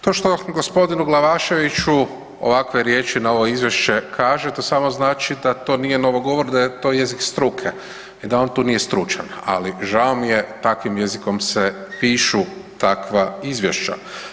To što g. Glavaševiću ovakve riječi na ovo izvješće kaže, to samo znači da to nije novogovor, da je to jezik struke i da on tu nije stručan, ali žao mi je, takvim jezikom se pišu takva izvješća.